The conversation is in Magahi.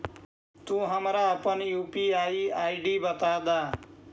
तू हमारा अपन यू.पी.आई आई.डी बता दअ